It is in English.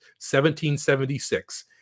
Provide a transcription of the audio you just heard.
1776